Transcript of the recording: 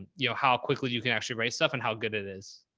you know how quickly you can actually write stuff and how good it is.